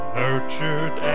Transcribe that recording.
nurtured